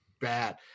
bad